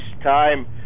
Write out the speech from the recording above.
time